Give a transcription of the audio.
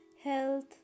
health